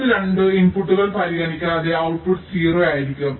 മറ്റ് 2 ഇൻപുട്ടുകൾ പരിഗണിക്കാതെ ഔട്ട്പുട്ട് 0 ആയിരിക്കും